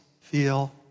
feel